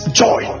joy